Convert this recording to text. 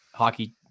hockey